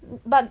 but